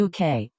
UK